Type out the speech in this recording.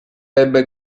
ebbe